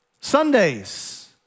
Sundays